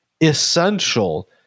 essential